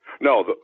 No